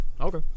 Okay